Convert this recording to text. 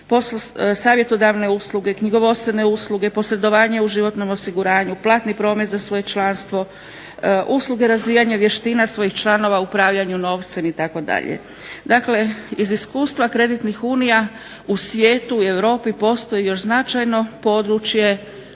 savjetodavne usluge knjigovodstvene usluge, posredovanje u životnom osiguranju, platni promet za svoje članstvo, usluge razvijanja vještina svojih članova u upravljanju novcem itd. Dakle, iz iskustva kreditnih unija u svijetu u Europi postoji još značajno područje